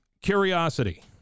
curiosity